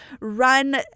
run